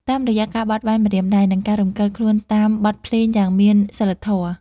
តាមរយៈការបត់បែនម្រាមដៃ និងការរំកិលខ្លួនតាមបទភ្លេងយ៉ាងមានសីលធម៌។